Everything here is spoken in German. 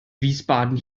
wiesbaden